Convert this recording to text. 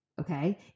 okay